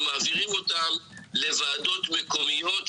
ומעבירים אותם לוועדות מקומיות,